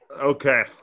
Okay